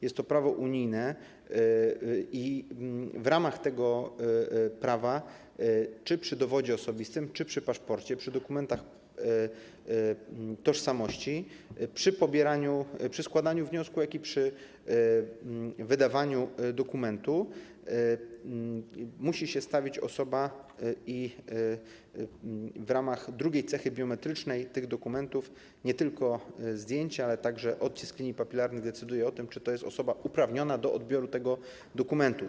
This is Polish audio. Jest to prawo unijne i w ramach tego prawa przy dowodzie osobistym, przy paszporcie, przy dokumentach tożsamości przy pobieraniu, przy składaniu wniosku, jak i przy wydawaniu dokumentu musi stawić się osoba i w ramach drugiej cechy biometrycznej tych dokumentów nie tylko zdjęcie, ale także odcisk linii papilarnych decyduje o tym, czy jest to osoba uprawniona do odbioru tego dokumentu.